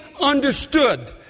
understood